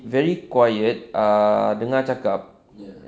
very quiet ah dengar cakap